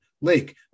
Lake